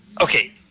Okay